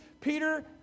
Peter